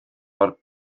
mor